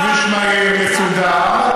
כביש מהיר מסודר,